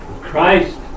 Christ